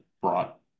brought